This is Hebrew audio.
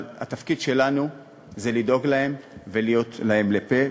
אבל התפקיד שלנו זה לדאוג להם ולהיות להם לפה,